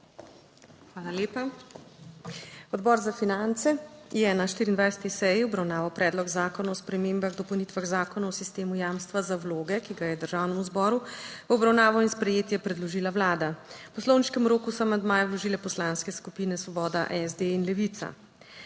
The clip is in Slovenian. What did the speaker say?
Hvala lepa. Odbor za finance je na 24. seji obravnaval Predlog zakona o spremembah in dopolnitvah Zakona o sistemu jamstva za vloge, ki ga je Državnemu zboru v obravnavo in sprejetje predložila Vlada. V poslovniškem roku so amandmaje vložile Poslanske skupine Svoboda, SD in Levica.